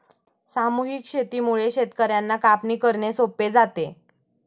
सामूहिक शेतीमुळे शेतकर्यांना कापणी करणे सोपे जाते